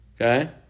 Okay